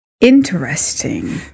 Interesting